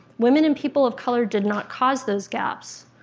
women and people of color did not cause those gaps.